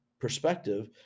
perspective